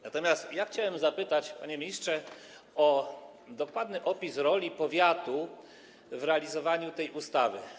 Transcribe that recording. Natomiast ja chciałbym zapytać, panie ministrze, o dokładny opis roli powiatu w realizowaniu tej ustawy.